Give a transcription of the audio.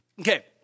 Okay